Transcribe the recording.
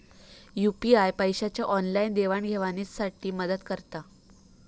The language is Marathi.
यू.पी.आय पैशाच्या ऑनलाईन देवाणघेवाणी साठी मदत करता